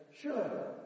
Sure